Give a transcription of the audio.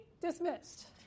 dismissed